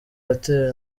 watewe